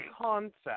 concept